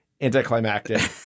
anticlimactic